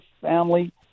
family